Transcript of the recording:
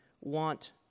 want